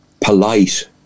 polite